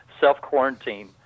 self-quarantine